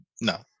no